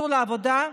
צאו לעבודה.